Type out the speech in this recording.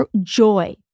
joy